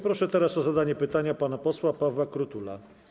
Proszę teraz o zadanie pytania pana posła Pawła Krutula.